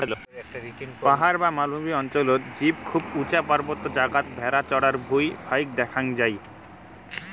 পাহাড় বা মালভূমি অঞ্চলত জীব খুব উচা পার্বত্য জাগাত ভ্যাড়া চরার ভুঁই ফাইক দ্যাখ্যাং যাই